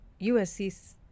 usc